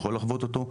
יכול לחוות אותו.